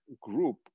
group